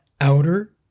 outer